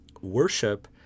worship